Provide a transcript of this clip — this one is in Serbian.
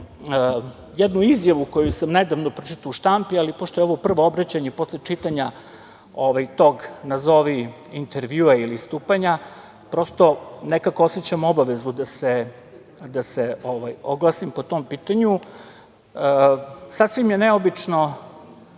jednu izjavu koju sam nedavno pročitao u štampi, ali pošto je ovo prvo obraćanje posle čitanja tog nazovi intervjua ili nastupanja, prosto nekako osećam obavezu da se oglasim po tom pitanju. Sasvim je neobično